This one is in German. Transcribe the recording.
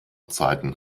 zeiten